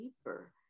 deeper